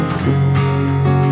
free